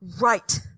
right